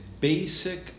basic